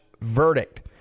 verdict